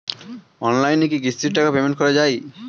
অনলাইনে কি কিস্তির টাকা পেমেন্ট করা যায়?